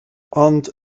ond